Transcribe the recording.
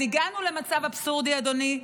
אז הגענו למצב אבסורדי, אדוני.